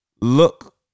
look